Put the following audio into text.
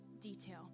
detail